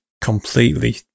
completely